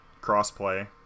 crossplay